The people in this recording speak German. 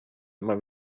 immer